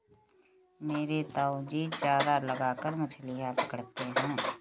मेरे ताऊजी चारा लगाकर मछलियां पकड़ते हैं